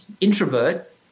introvert